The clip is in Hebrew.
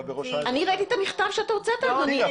אני ראיתי את המכתב שאתה הוצאת, אדוני.